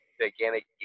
gigantic